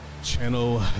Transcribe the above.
Channel